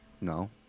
no